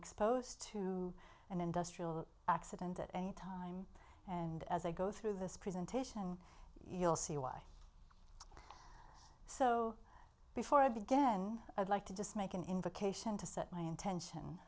exposed to an industrial accident at any time and as i go through this presentation you'll see why so before again i'd like to just make an invocation to set my intention